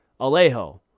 Alejo